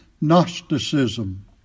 Gnosticism